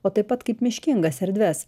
o taip pat kaip miškingas erdves